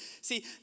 See